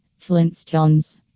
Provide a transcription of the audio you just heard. Flintstones